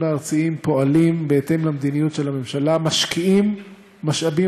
הארציים פועלים בהתאם למדיניות של הממשלה ומשקיעים משאבים